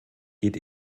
geht